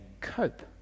cope